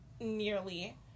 nearly